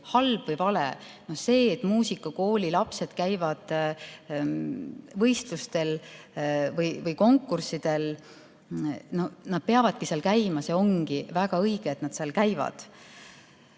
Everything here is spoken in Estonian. halb või vale. See, et muusikakooli lapsed käivad konkurssidel – nad peavadki seal käima, see ongi väga õige, et nad seal käivad.